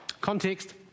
context